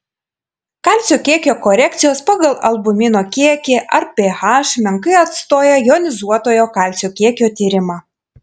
kalcio kiekio korekcijos pagal albumino kiekį ar ph menkai atstoja jonizuotojo kalcio kiekio tyrimą